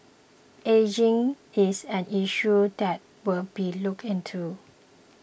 ageing is an issue that will be looked into